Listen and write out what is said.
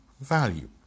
value